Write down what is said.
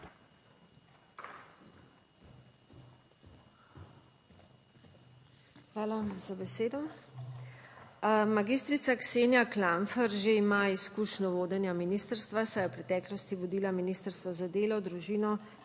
Hvala za besedo.